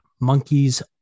Monkey's